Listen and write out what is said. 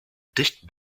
dicht